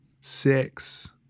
Six